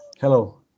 Hello